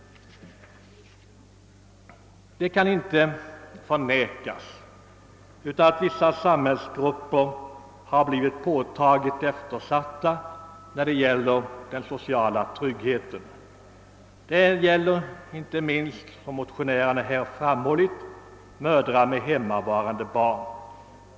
Det kan inte förnekas att vissa samhällsgrupper har blivit påtagligt eftersatta när det gäller den sociala tryggheten. Detta gäller inte minst, som motionärerna framhållit, mödrar med hemmavarande barn.